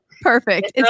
Perfect